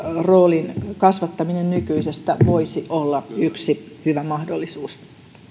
roolin kasvattaminen nykyisestä voisi olla yksi hyvä mahdollisuus arvoisa